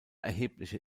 erhebliche